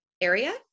area